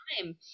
time